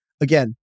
again